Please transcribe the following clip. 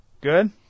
Good